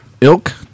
ilk